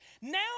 Now